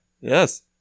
Yes